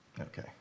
Okay